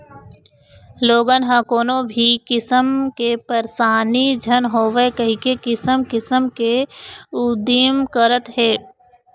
लोगन ह कोनो भी किसम के परसानी झन होवय कहिके किसम किसम के उदिम करत हे